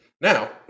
Now